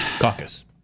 caucus